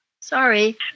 Sorry